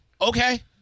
Okay